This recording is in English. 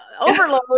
overload